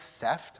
theft